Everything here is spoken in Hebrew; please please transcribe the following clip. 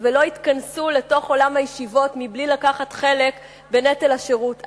יתכנסו לתוך עולם הישיבות בלי לקחת חלק בנטל השירות,